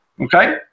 Okay